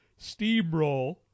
steamroll